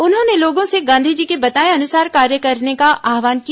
उन्होंने लोगों से गांधी जी के बताए अनुसार कार्य करने का आह्वान किया